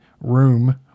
room